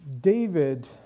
David